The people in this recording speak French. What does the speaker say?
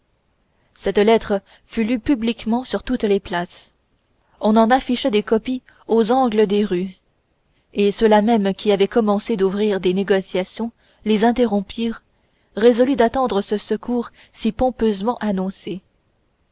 cette lettre fut lue publiquement sur toutes les places on en afficha des copies aux angles des rues et ceux-là mêmes qui avaient commencé d'ouvrir des négociations les interrompirent résolus d'attendre ce secours si pompeusement annoncé